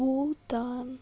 Bhutan